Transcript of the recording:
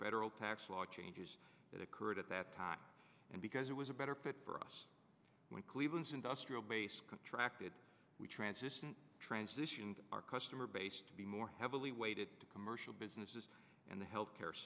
federal tax law changes that occurred at that time and because it was a better fit for us when cleveland's industrial base contracted we transitioned transitioned our customer base to be more heavily weighted to commercial businesses in the health care